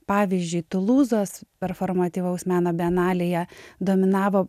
pavyzdžiui tulūzos performatyvaus meno bienalėje dominavo